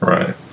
Right